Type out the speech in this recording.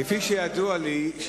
כפי שידוע לי,